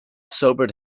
sobered